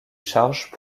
charges